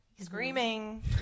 Screaming